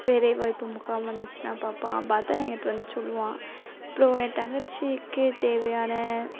வேலை வாய்ப்பு முகாம் வந்துச்சுன்னால் பார்ப்பான் பார்த்தா எங்கிட்ட வந்து சொல்லுவான் அப்புறோம் என் தங்கச்சிக்கு தேவையான